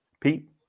Pete